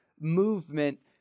movement